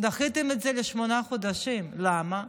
דחיתם את זה בשמונה חודשים, למה?